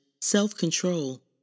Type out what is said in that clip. self-control